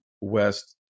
West